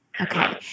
Okay